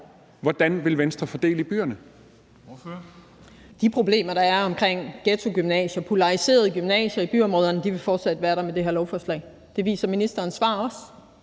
09:33 Ellen Trane Nørby (V): De problemer, der er med ghettogymnasier, polariserede gymnasier, i byområderne, vil fortsat være der med det her lovforslag. Det viser ministerens svar også.